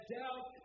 doubt